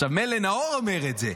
עכשיו, מילא נאור אומר את זה,